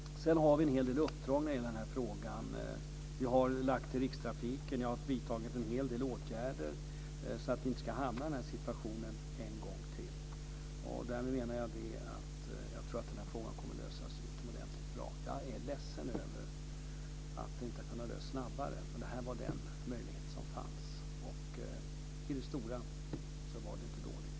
Sedan har vi en hel del uppdrag när det gäller den här frågan. Vi har vidtagit en hel del åtgärder när det gäller rikstrafiken, så att vi inte ska hamna i den här situationen en gång till. Därmed tror jag att den här frågan kommer att lösas utomordentligt bra. Jag är ledsen över att det inte har kunnat lösas snabbare, men det här var den möjlighet som fanns. Och på det hela taget var det inte dåligt.